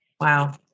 Wow